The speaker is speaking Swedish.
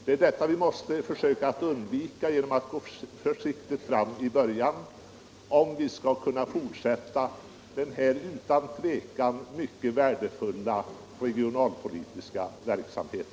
Det är sådant vi måste försöka undvika genom att gå försiktigt fram i början, om vi skall kunna fortsätta denna utan tvivel mycket värdefulla regionalpolitiska verksamhet.